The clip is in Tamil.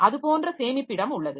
அது போன்ற சேமிப்பிடம் உள்ளது